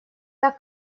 так